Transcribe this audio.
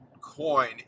coin